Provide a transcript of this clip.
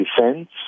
defense